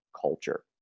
culture